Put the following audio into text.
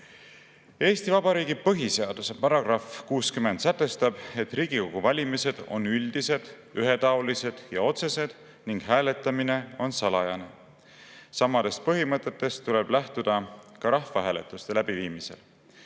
Eesti Vabariigi põhiseaduse § 60 sätestab, et Riigikogu valimised on üldised, ühetaolised ja otsesed ning hääletamine on salajane. Samadest põhimõtetest tuleb lähtuda ka rahvahääletuste läbiviimisel.